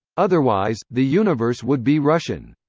otherwise, the universe would be russian.